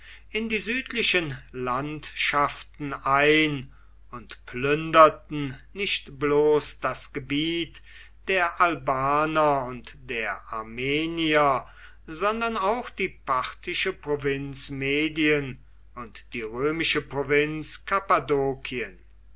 in die südlichen landschaften ein und plünderten nicht bloß das gebiet der albaner und der armenier sondern auch die parthische provinz medien und die römische